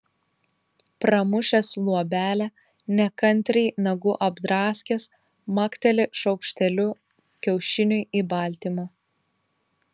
pramušęs luobelę nekantriai nagu apdraskęs makteli šaukšteliu kiaušiniui į baltymą